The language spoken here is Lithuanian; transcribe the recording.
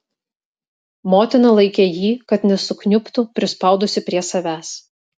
motina laikė jį kad nesukniubtų prispaudusi prie savęs